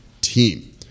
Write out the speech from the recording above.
team